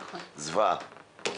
זוועה.